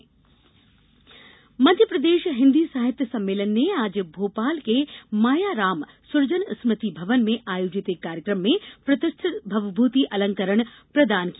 वागीश्वरी पुरस्कार मध्यप्रदेश हिन्दी साहित्य सम्मेलन ने आज भोपाल के मायाराम सुरजन स्मृति भवन में आयोजित एक कार्यक्रम में प्रतिष्ठित भवभृति अलंकरण प्रदान किया